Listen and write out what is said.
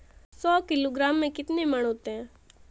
सौ किलोग्राम में कितने मण होते हैं?